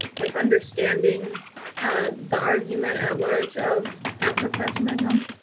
like understanding the argument at large of afropessimism?